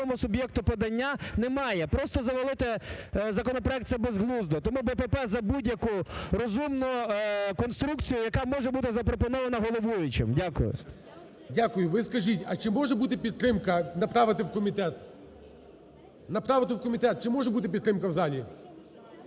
Дякую. Ви скажіть, а чи може бути підтримка направити в комітет? Направити в комітет, чи може бути підтримка в залі?